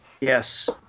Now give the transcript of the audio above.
Yes